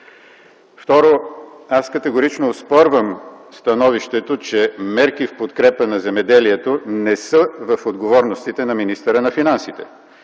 Второ, аз категорично оспорвам становището, че мерки в подкрепа на земеделието не са в отговорностите на министъра на финансите,